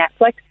Netflix